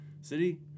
city